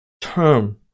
term